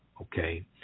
Okay